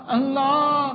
Allah